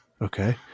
Okay